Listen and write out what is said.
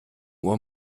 uhr